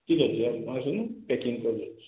ଠିକ୍ ଅଛି ଆପଣ ଆସନ୍ତୁ ପ୍ୟାକିଂ କରିଦେଉଛି